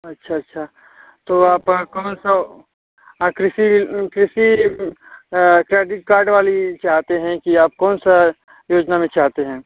अच्छा अच्छा तो आप कौन सो आ कृषि कृषि क्रेडिट कार्ड वाली चाहते हैं कि आप कौन सा योजना में चाहते हैं